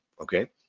okay